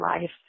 life